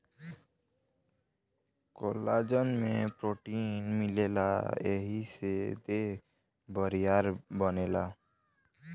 collagen में protein मिलेला एही से देह बरियार बनेला